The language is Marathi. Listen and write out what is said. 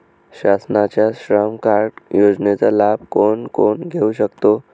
शासनाच्या श्रम कार्ड योजनेचा लाभ कोण कोण घेऊ शकतो?